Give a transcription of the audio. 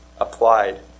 applied